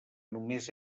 només